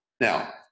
now